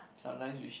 sometimes wish